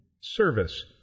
service